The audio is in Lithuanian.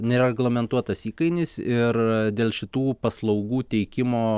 nereglamentuotas įkainis ir dėl šitų paslaugų teikimo